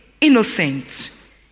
innocent